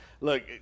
Look